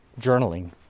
journaling